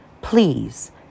Please